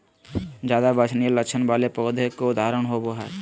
ज्यादा वांछनीय लक्षण वाले पौधों के उदाहरण होबो हइ